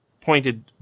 pointed